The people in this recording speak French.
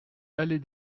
allée